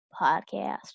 podcast